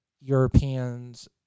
Europeans